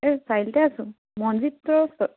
এই চাৰিআলিতে আছোঁ মনজিত ষ্ট'ৰৰ ওচৰত